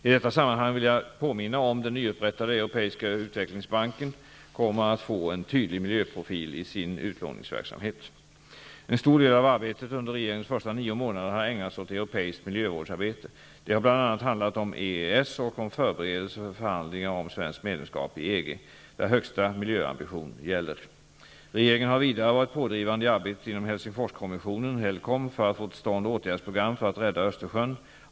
I detta sammanhang vill jag påminna om att den nyupprättade europeiska utvecklingsbanken kommer att få en tydlig miljöprofil i sin utlåningsverksamhet. En stor del av arbetet under regeringens första nio månader har ägnats åt europeiskt miljövårdsarbete. Det har bl.a. handlat om EES och om förberedelse för förhandlingar om svenskt medlemskap i EG, där högsta miljöambition gäller. Regeringen har vidare varit pådrivande i arbetet inom Helsingforskonventionen för att få till stånd åtgärdsprogram för att rädda Östersjön.